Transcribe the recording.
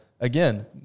again –